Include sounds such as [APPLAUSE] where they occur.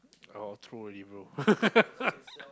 all throw already bro [LAUGHS]